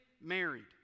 married